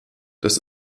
das